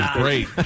great